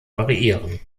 variieren